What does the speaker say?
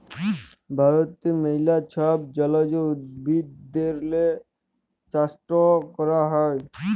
ভারতে ম্যালা ছব জলজ উদ্ভিদেরলে চাষট ক্যরা হ্যয়